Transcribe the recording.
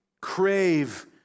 crave